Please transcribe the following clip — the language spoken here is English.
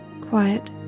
Quiet